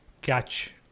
catch